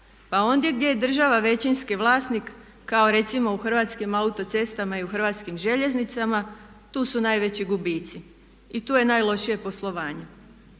Pa ondje gdje je država većinski vlasnik kao recimo u Hrvatskim autocestama i u Hrvatskim željeznicama tu su najveći gubici i tu je najlošije poslovanje.